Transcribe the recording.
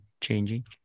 changing